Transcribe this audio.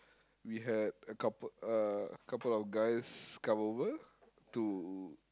we had a couple uh couple of guys come over to